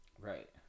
right